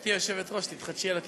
גברתי היושבת-ראש, תתחדשי על התסרוקת.